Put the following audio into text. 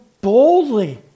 boldly